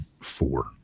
four